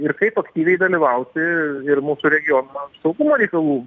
ir kaip aktyviai dalyvauti ir mūsų regiono saugumo reikalų